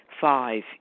Five